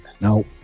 No